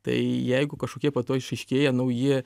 tai jeigu kažkokie po to išaiškėja nauji